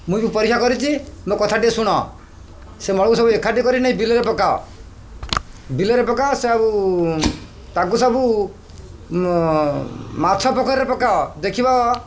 ମୁଇଁ ବି ପରୀକ୍ଷା କରିଛି ମୋ କଥାଟିଏ ଶୁଣ ସେ ମଳକୁ ସବୁ ଏକାଠି କରି ନେଇ ବିଲରେ ପକାଅ ବିଲରେ ପକାଅ ସେ ଆଉ ତାକୁ ସବୁ ମାଛ ପଖରେ ପକାଅ ଦେଖିବା